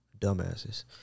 Dumbasses